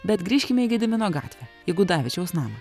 bet grįžkime į gedimino gatvę į gudavičiaus namą